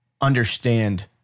understand